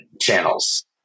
channels